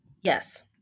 Yes